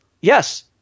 Yes